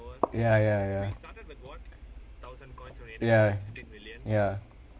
ya ya ya ya ya